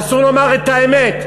אסור לומר את האמת.